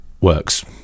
works